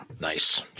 nice